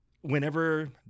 whenever